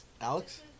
Alex